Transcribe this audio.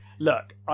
Look